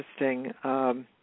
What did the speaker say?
interesting